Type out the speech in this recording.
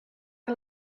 que